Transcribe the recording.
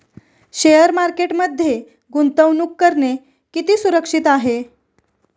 Share मार्केटमध्ये गुंतवणूक करणे किती सुरक्षित आहे?